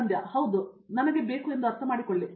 ಸಂಧ್ಯಾ ಹೌದು ನನಗೆ ಬೇಕು ಎಂದು ಅರ್ಥಮಾಡಿಕೊಳ್ಳಿ